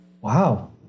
wow